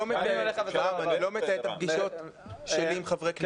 אני לא מתעד את הפגישות שלי עם חברי כנסת.